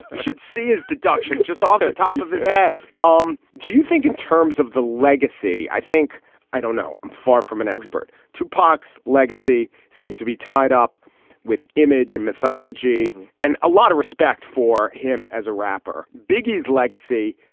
should see his deduction just off the top of his head um do you think in terms of the legacy i think i don't know. i'm far from an expert to parks legacy seems to be tied up with image and mythology and a lot of respect for him as a rapper. biggest legacy.